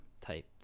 type